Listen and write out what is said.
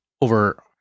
over